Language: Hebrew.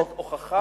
באמת הוכחה גמורה.